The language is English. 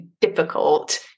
difficult